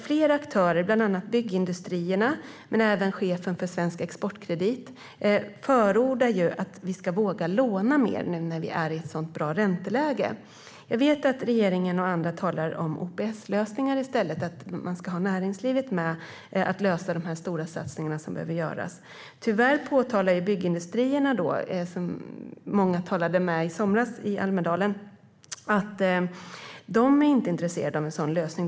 Flera aktörer, bland annat Byggindustrierna och chefen för Svensk Exportkredit, förordar att vi ska våga låna mer nu när vi har ett så bra ränteläge. Jag vet att regeringen och andra talar om OPS-lösningar i stället, alltså att ha med näringslivet i att lösa de stora satsningar som behöver göras. Tyvärr påpekar Byggindustrierna, som många talade med i Almedalen i somras, att man inte är intresserad av en sådan lösning.